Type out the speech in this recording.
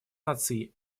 наций